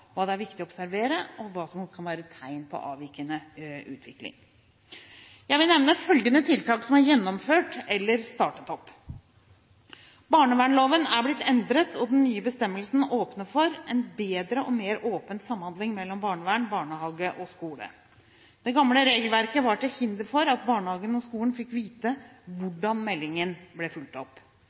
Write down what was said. hva det er viktig å observere, og hva som kan være tegn på avvikende utvikling.» Jeg vil nevne følgende tiltak som er gjennomført eller startet opp: Barnevernloven er blitt endret, og den nye bestemmelsen åpner for en bedre og mer åpen samhandling mellom barnevern, barnehage og skole. Det gamle regelverket var til hinder for at barnehagen og skolen fikk vite hvordan meldinger ble fulgt opp.